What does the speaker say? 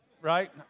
Right